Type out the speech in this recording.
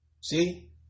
See